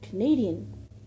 Canadian